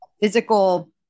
physical